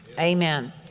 Amen